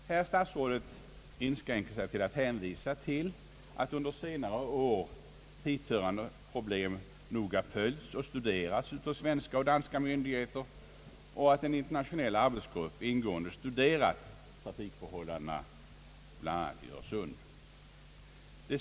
Herr statsrådet nöjer sig med att hänvisa till att hithörande problem under senare år noga har följts och studerats av svenska och danska myndigheter och att en internationell arbetsgrupp ingående behandlat trafikförhållandena bl.a. i Öresund.